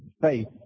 faith